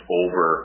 over